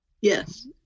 Yes